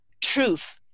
truth